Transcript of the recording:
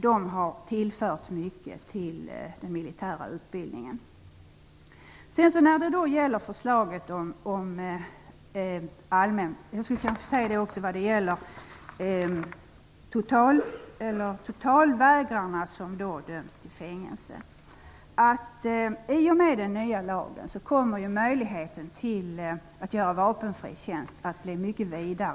De har tillfört den militära utbildningen mycket. I och med den nya lagen kommer möjligheten att göra vapenfri tjänst att bli mycket vidare.